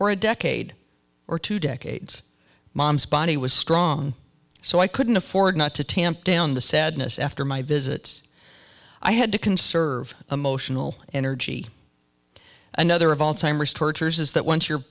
or a decade or two decades mom's body was strong so i couldn't afford not to tamp down the sadness after my visits i had to conserve emotional energy another of alzheimers tortures is that once you're